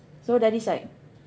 so dah decide